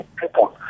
people